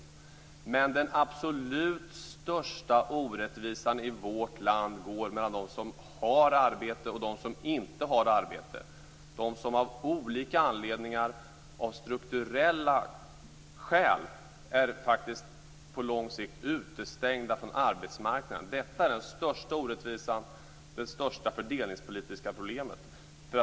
Men den absolut största orättvisan i vårt land är den mellan de människor som har arbete och de som inte har arbete, de som av strukturella skäl på lång sikt är utestängda från arbetsmarknaden. Detta är den största orättvisan och det största fördelningspolitiska problemet.